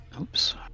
Oops